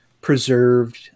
preserved